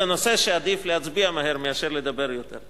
זה נושא שעדיף להצביע עליו מהר מאשר לדבר עליו יותר.